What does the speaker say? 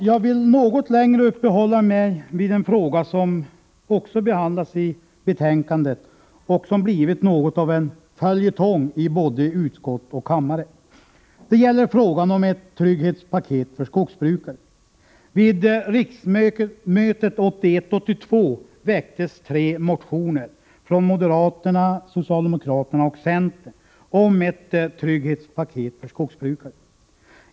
Jag vill något längre uppehålla mig vid en fråga som också behandlas i betänkandet och som blivit något av en följetong i både utskott och kammare. Vid riksmötet 1981/82 väcktes tre motioner — från moderaterna, socialdemokraterna och centern — om ett trygghetspaket för skogsbrukare.